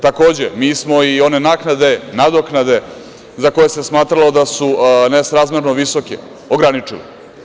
Takođe, mi smo i one naknade, nadoknade za koje se smatralo da su nesrazmerno visoke ograničili.